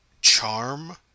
charm